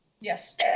Yes